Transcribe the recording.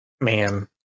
man